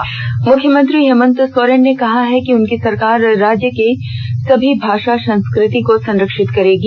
मुख्यमंत्री मुख्यमंत्री हेमंत सोरेन ने कहा है कि उनकी सरकार राज्य के सभी भाषा संस्कृति को संरक्षित करेगी